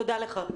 תודה לך.